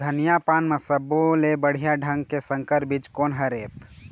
धनिया पान म सब्बो ले बढ़िया ढंग के संकर बीज कोन हर ऐप?